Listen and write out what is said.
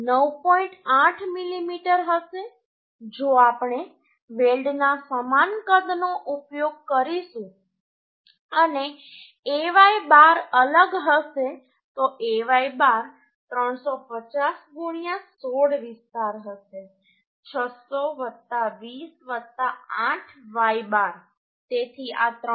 8 મીમી હશે જો આપણે વેલ્ડના સમાન કદનો ઉપયોગ કરીશું અને Ay બાર અલગ હશે તો Ay બાર 350 16 વિસ્તાર હશે 600 20 8 y બાર તેથી આ 351